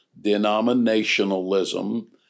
denominationalism